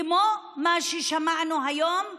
כמו מה ששמענו היום,